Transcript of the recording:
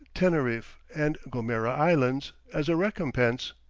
teneriffe, and gomera islands, as a recompense.